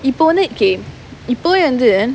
இப்ப:ippa only came இப்பவே வந்து:ippavae vanthu